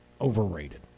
overrated